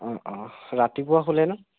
অঁ অঁ ৰাতিপুৱা খোলে ন